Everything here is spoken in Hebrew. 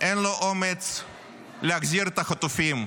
אין לו אומץ להחזיר את החטופים,